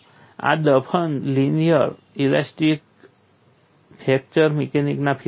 આ ફક્ત linear elastic fracture મિકેનિક્સના ફીલ્ડમાં છે